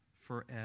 Forever